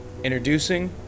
Introducing